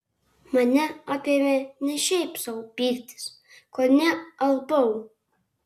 mane apėmė ne šiaip sau pyktis kone alpau